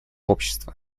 общества